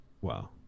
Wow